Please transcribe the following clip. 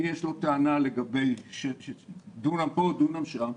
מי יש לו טענה לגבי דונם פה ודונם שם,